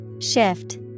Shift